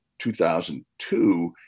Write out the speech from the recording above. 2002